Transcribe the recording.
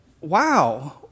wow